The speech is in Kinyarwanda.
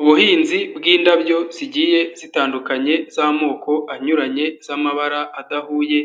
Ubuhinzi bw'indabyo zigiye zitandukanye z'amoko anyuranye, z'amabara adahuye,